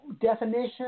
definition